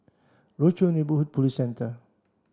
Rochor Neighborhood Police Centre